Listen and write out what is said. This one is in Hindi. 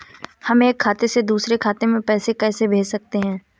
हम एक खाते से दूसरे खाते में पैसे कैसे भेज सकते हैं?